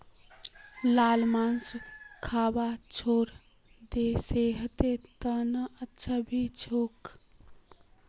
लाल मांस खाबा छोड़े दे सेहतेर त न अच्छा नी छोक